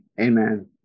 Amen